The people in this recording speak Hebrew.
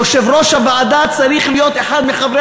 יושב-ראש הוועדה צריך להיות אחד מחברי